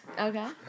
Okay